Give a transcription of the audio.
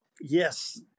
yes